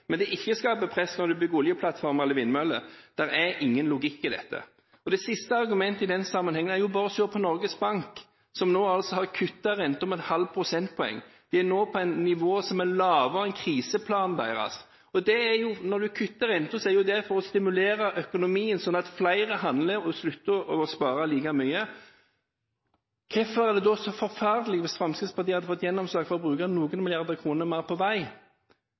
men at det ikke skaper press når de bygger oljeplattformer eller vindmøller? Det er ingen logikk i dette. Det siste argumentet i denne sammenhengen: Bare se på Norges Bank, som nå altså har kuttet renten med ½ prosentpoeng. Den er nå på et nivå som er lavere enn kriseplanen deres. Når en kutter renten, er det jo for å stimulere økonomien, sånn at flere handler og slutter å spare like mye. Hvorfor hadde det da vært så forferdelig hvis Fremskrittspartiet hadde fått gjennomslag for å bruke noen milliarder kroner mer på vei?